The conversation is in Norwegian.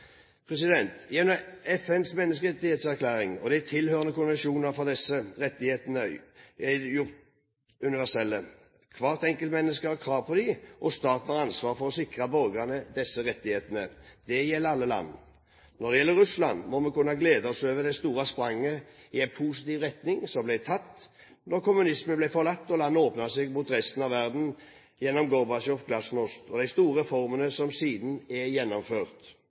Gjennom FNs menneskerettighetserklæring og de tilhørende konvensjoner er disse rettighetene gjort universelle. Hvert enkeltmenneske har krav på dem, og statene har ansvar for å sikre borgerne disse rettighetene. Det gjelder alle land. Når det gjelder Russland, må vi kunne glede oss over det store spranget i en positiv retning som ble tatt da kommunismen ble forlatt og landet åpnet seg mot resten av verden gjennom Gorbatsjovs glasnost, og de store reformene som siden er gjennomført.